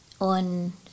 on